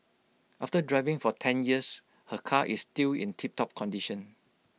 after driving for ten years her car is still in tiptop condition